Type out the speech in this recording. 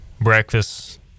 breakfast